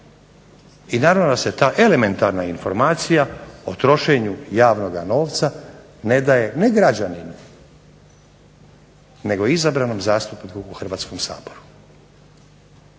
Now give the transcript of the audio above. i naravno da se ta elementarna informacija o trošenju javnoga novca ne daje ne građaninu nego izabranom zastupniku u Hrvatskom saboru.